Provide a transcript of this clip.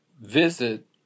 visit